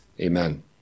Amen